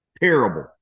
Terrible